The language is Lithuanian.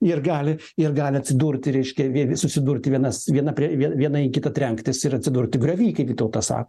ir gali ir gali atsidurti reiškia susidurti vienas viena prie vie vieną į kitą trenktis ir atsidurti griovy kaip vytautas sako